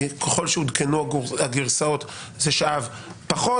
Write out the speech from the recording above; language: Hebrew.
ככל שעודכנו הגרסאות זה שאב פחות.